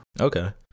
Okay